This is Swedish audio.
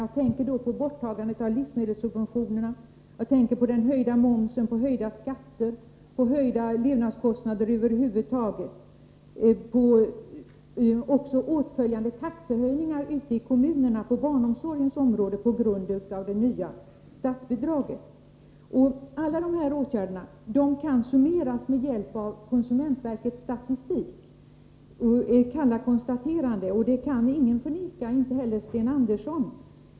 Jag tänker på borttagandet av livsmedelssubventionerna, den höjda momsen, höjda skatter och höjda levnadskostnader över huvud taget liksom på taxehöjningar ute i kommunerna på barnomsorgens område som åtföljer det nya statsbidragssystemet. Alla dessa åtgärder kan kallt konstateras med hjälp av summering i konsumentverkets statistik. Detta kan ingen förneka, inte heller Sten Andersson.